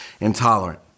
intolerant